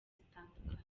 zitandukanye